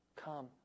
Come